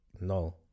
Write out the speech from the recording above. no